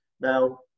Now